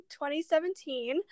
2017